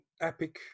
epic